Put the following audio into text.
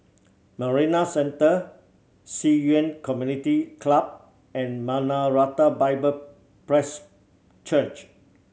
Marina Centre Ci Yuan Community Club and Maranatha Bible Presby Church